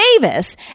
Davis